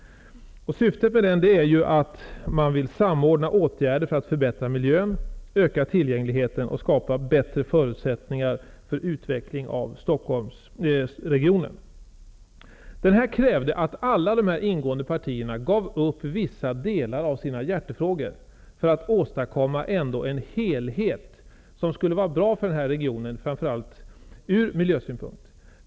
Syftet med Dennisöverenskommelsen är ju att samordna åtgärder för att förbättra miljön, öka tillgängligheten och skapa bättre förutsättningar för utveckling av Stockholmsregionen. Den här överenskommelsen krävde att alla de ingående partierna gav upp vissa delar av sina hjärtefrågor för att åstadkomma en helhet som skulle vara bra för denna region, framför allt ur miljösynpunkt.